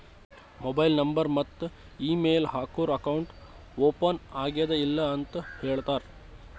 mobile number ಮತ್ತ email ಹಾಕೂರ್ account open ಆಗ್ಯಾದ್ ಇಲ್ಲ ಅಂತ ಹೇಳ್ತಾರ್